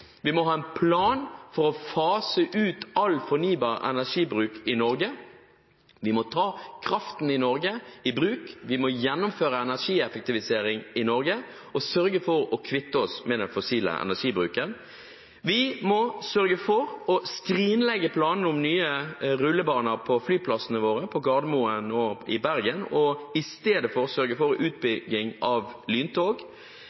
Vi må ha en plan for å fase ut all fossil energibruk i Norge – vi må ta kraften i Norge i bruk, vi må gjennomføre energieffektivisering i Norge og sørge for å kvitte oss med den fossile energibruken. Vi må sørge for å skrinlegge planene om nye rullebaner på flyplassene våre, på Gardermoen og Flesland, og istedenfor sørge for